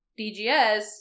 DGS